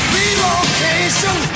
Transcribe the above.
Relocation